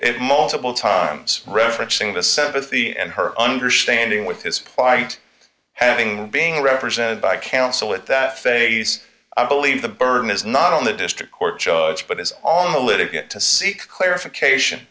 it multiple times referencing the seventy and her understanding with his plight having being represented by counsel at that phase i believe the burden is not on the district court judge but is on the little bit to seek clarification